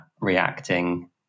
reacting